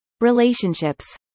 Relationships